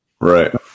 Right